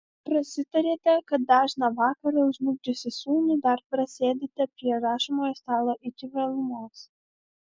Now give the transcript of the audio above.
prasitarėte kad dažną vakarą užmigdžiusi sūnų dar prasėdite prie rašomojo stalo iki vėlumos